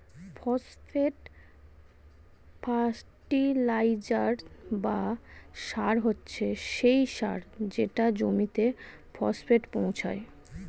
phosphate fertiliser বা সার হচ্ছে সেই সার যেটা জমিতে ফসফেট পৌঁছায়